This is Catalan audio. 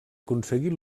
aconseguir